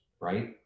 Right